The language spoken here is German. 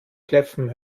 kläffen